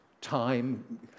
time